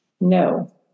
No